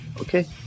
okay